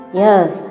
yes